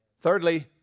Thirdly